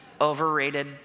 overrated